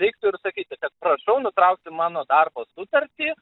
reiktų ir sakyti kad prašau nutraukti mano darbo sutartį